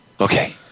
Okay